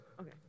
Okay